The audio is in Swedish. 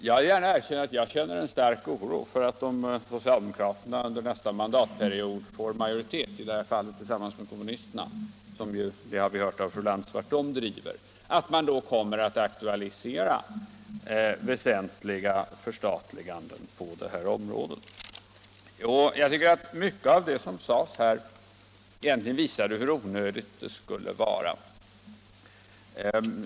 Jag medger gärna att jag känner stark oro för att socialdemokraterna, om de får majoritet under nästa mandatperiod — i det fallet tillsammans med kommunisterna, och vi har hört av fru Lantz vart de driver — kommer att aktualisera väsentliga förstatliganden på det här området. Men jag tycker att mycket av det som sades här visar hur onödigt det egentligen skulle vara.